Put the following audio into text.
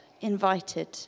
invited